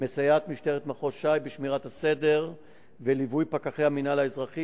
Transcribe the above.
מסייעת משטרת מחוז ש"י בשמירת הסדר וליווי פקחי המינהל האזרחי